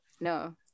no